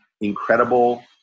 incredible